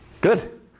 Good